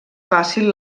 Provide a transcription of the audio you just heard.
fàcil